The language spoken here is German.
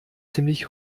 ziemlich